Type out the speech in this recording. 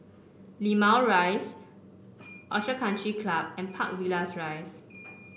Limau Rise Orchid Country Club and Park Villas Rise